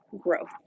growth